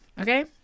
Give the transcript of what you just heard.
Okay